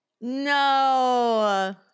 No